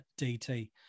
DT